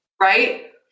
right